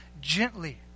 gently